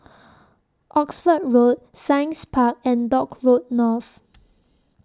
Oxford Road Science Park and Dock Road North